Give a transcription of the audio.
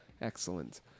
Excellent